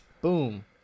boom